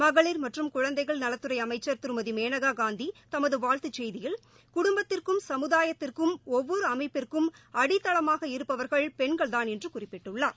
மகளிர் மற்றும் குழந்தைகள் நலத்துறை அமைச்சர் திருமதி மேனகா காந்தி தமது வாழ்த்துச் செய்தியில் குடும்பத்திற்கும் சமுதாயத்திற்கும் ஒவ்வொரு அமைப்பிற்கும் அடித்தளமாக இருப்பவர்கள் பெண்கள்தான் என்று குறிப்பிட்டுள்ளார்